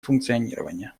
функционирование